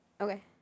Okay